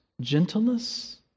gentleness